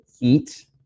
eat